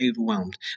overwhelmed